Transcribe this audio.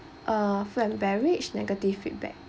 uh food and beverage negative feedback